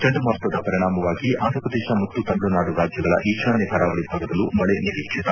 ಚಂಡಮಾರುತದ ಪರಿಣಾಮವಾಗಿ ಆಂಧ್ರಪ್ರದೇಶ ಮತ್ತು ತಮಿಳುನಾದು ರಾಜ್ಯಗಳ ಈಶಾನ್ಯ ಕರಾವಳಿ ಭಾಗದಲ್ಲೂ ಮಳೆ ನಿರೀಕ್ಷಿತ